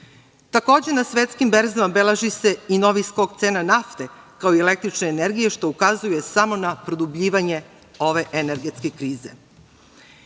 na svetskim berzama beleži se i novi skok cene nafte, kao i električne energije što ukazuje samo na produbljivanje ove energetske krize.